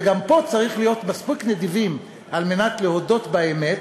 וגם פה צריך להיות מספיק נדיבים על מנת להודות באמת,